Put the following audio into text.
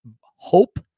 Hope